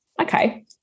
Okay